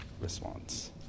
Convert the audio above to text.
response